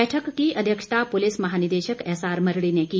बैठक की अध्यक्षता पुलिस महानिदेशक एसआरमरड़ी ने की